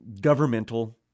governmental